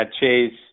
Chase